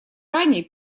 ранее